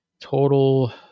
total